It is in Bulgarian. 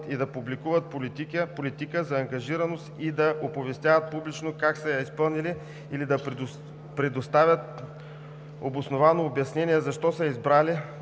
и да публикуват политика за ангажираност, и да оповестяват публично как са я изпълнили или да предоставят обосновано обяснение защо са избрали